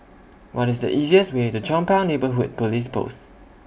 What IS The easiest Way to Chong Pang Neighbourhood Police Post